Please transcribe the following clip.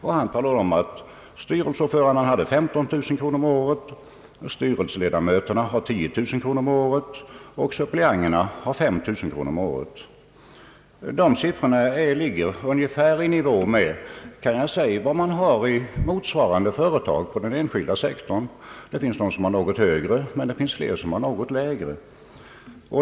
Han berättade att styrelseordföranden hade 15000 kronor om året, styrelseledamöterna 10 000 kronor och suppleanterna 5000 kronor. De siffrorna ligger ungefär i nivå med mot svarande arvoden på den enskilda sektorn. Det finns de som har något högre arvoden, men de flesta har något lägre.